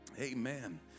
Amen